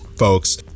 Folks